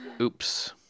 Oops